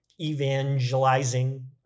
evangelizing